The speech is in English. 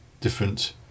different